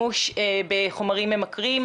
שהוועדה הזאת מתמקדת בה,